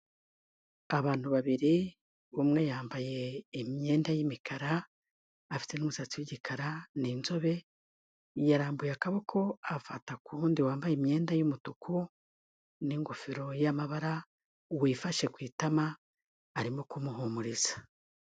Abantu babiri, umwe yambaye imyenda y'imikara, afite n'umusatsi w'igikara, ni inzobe, yarambuye akaboko afata ku w'undi wambaye imyenda y'umutuku n'ingofero y'amabara wifashe ku itama arimo kumuhumuriza.